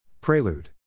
Prelude